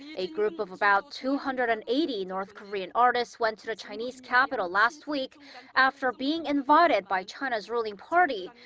a group of about two hundred and eighty north korean artists went to the chinese capital last week after being invited by china's ruling party.